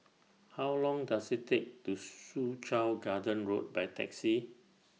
How Long Does IT Take to get to Soo Chow Garden Road By Taxi